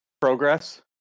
progress